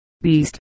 beast